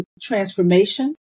transformation